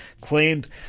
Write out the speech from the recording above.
claimed